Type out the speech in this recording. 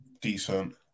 decent